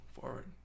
forward